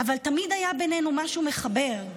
אבל תמיד היה בינינו משהו מחבר.